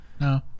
no